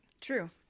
true